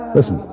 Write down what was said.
Listen